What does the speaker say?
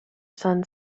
son